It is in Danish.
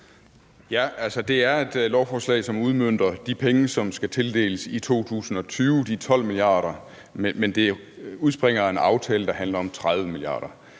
(LA): Det er et lovforslag, som udmønter de penge, som skal tildeles i 2020, altså de 12 mia. kr.. Men det udspringer af en aftale, der handler om 30 mia. kr.